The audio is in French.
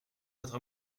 votre